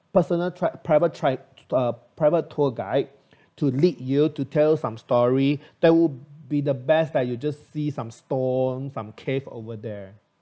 personal tra~ private tre~ uh private tour guide to lead you to tell you some story that would be the best that you just see some stone some cave over there